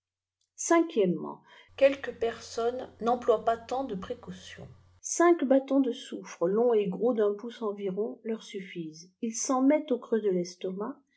quelques personnes n'emploient pas tant de précautions cinq btons de soufre longs et gros d'un pouce environ leur suffisent ils s'en mettent au creux de l'estomac